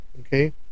okay